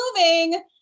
moving